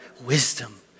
Wisdom